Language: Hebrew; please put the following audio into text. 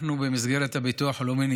אנחנו נבדוק במסגרת הביטוח הלאומי.